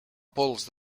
pols